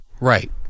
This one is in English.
Right